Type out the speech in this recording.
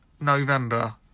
November